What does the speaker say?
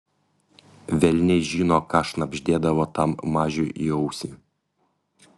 velniai žino ką šnabždėdavo tam mažiui į ausį